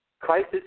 crisis